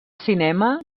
cinema